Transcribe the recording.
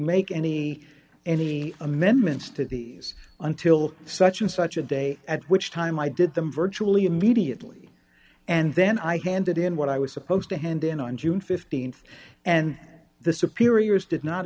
make any any amendments to the us until such and such a day at which time i did them virtually immediately and then i handed in what i was supposed to hand in on june th and at the superiors did not